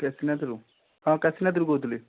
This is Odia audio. କାଶୀନାଥରୁ ହଁ କାଶୀନାଥରୁ କହୁଥିଲି